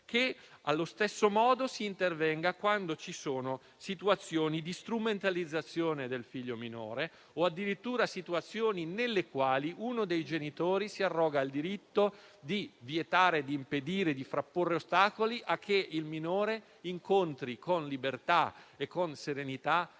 che allo stesso modo si intervenga quando ci sono situazioni di strumentalizzazione del figlio minore o addirittura situazioni nelle quali uno dei genitori si arroga il diritto di vietare, di impedire, di frapporre ostacoli a che il minore incontri, con libertà e con serenità,